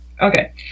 Okay